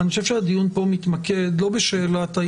אני חושב שהדיון פה מתמקד לא בשאלה של